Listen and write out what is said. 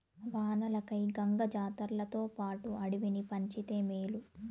వానలకై గంగ జాతర్లతోపాటు అడవిని పంచితే మేలు